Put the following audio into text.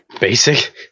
Basic